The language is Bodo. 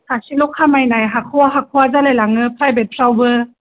सासेल' खामायनाय हाख'वा हाख'वा जालायलाङो फ्रायबेदफ्रावबो